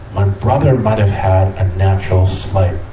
my brother might have had a natural, slight,